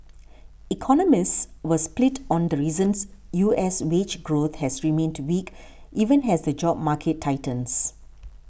economists were split on the reasons U S wage growth has remained weak even has the job market tightens